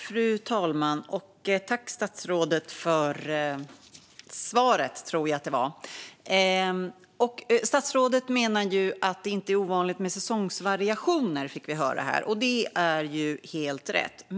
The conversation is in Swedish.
Fru talman! Jag tackar statsrådet för svaret. Statsrådet menar att det inte är ovanligt med säsongsvariationer, fick vi höra här, och det är ju helt rätt.